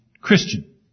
Christian